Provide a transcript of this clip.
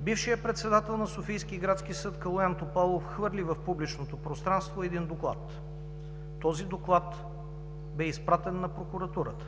Бившият председател на Софийски градски съд – Калоян Топалов, хвърли в публичното пространство един доклад. Този доклад бе изпратен на прокуратурата.